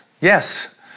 Yes